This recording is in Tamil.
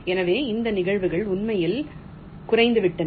எனவே இந்த நிகழ்தகவுகள் உண்மையில் குறைந்துவிட்டன